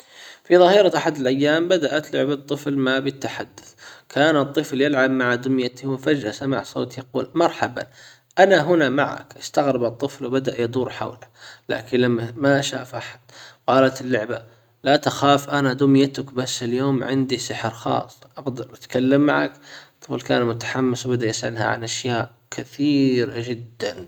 في ظاهرة احد الايام بدأت لعبة طفل ما بالتحدثكان الطفل يلعب مع دميته فجأة سمع صوته يقول مرحبا انا هنا معك استغرب الطفل وبدأ يدور حوله لكن لما ما شاف احد قالت اللعبة لا تخاف انا دميتك بس اليوم عندي سحر خاص اقدر أتكلم معاك الطفل كان متحمس وبدأ يسألها عن اشياء كثيرة جدًا.